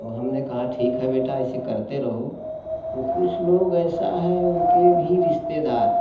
वो हमने कहाँ ठीक है बेटा ऐसे करते रहो तो कुछ लोग ऐसा है उनके भी रिश्तेदार